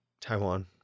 Taiwan